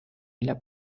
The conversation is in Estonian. mille